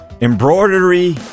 embroidery